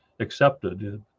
accepted